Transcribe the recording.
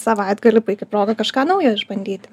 savaitgalį puiki proga kažką naujo išbandyti